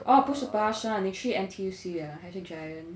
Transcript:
oh 不是巴刹你去 N_T_U_C ah 还是 Giant